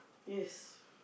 yes